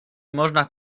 można